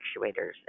actuators